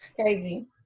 Crazy